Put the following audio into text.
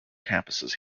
campuses